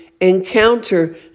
encounter